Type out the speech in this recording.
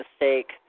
mistake